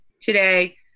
today